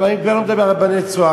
אני כבר לא מדבר על רבני "צהר".